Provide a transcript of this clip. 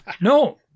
No